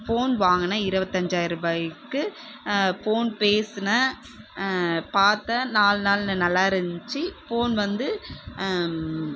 phone வாங்குனேன் இருவத்தஞ்சாயர ருபாய்க்கு ஃபோன் பேசினேன் பார்த்தேன் நாலு நாள் நல்லாயிருந்துச்சி ஃபோன் வந்து